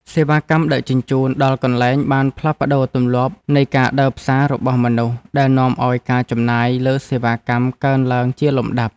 សេវាកម្មដឹកជញ្ជូនដល់កន្លែងបានផ្លាស់ប្តូរទម្លាប់នៃការដើរផ្សាររបស់មនុស្សដែលនាំឱ្យការចំណាយលើសេវាកម្មកើនឡើងជាលំដាប់។